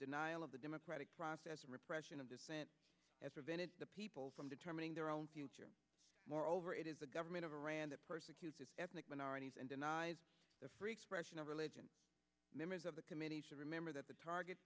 denial of the democratic process and repression of the as prevented the people from determining their own future moreover it is a government of iran that persecuted ethnic minorities and denies the free expression of religion members of the committee should remember that the target